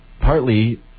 partly